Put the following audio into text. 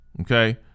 okay